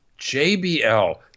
JBL